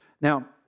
Now